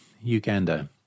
Uganda